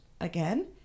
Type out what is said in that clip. again